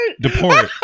Deport